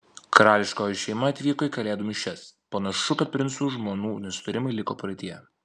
karališkoji šeima atvyko į kalėdų mišias panašu kad princų žmonų nesutarimai liko praeityje